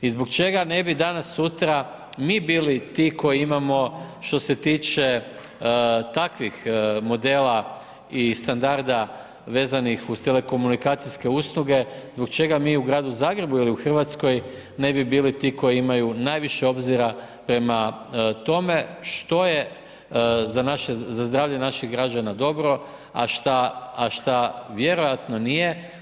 I zbog čega ne bi danas sutra mi bili ti koji imamo što se tiče takvih modela i standarda vezanih uz telekomunikacijske usluge, zbog čega mi u Gradu Zagrebu ili u Hrvatskoj ne bi bili ti koji imaju najviše obzira prema tome, što je za zdravlje naših građana dobro, a šta vjerojatno nije?